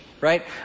right